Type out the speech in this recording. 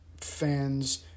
fans